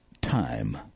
time